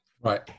right